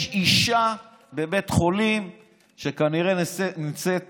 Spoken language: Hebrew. יש אישה בבית חולים שכנראה נמצאת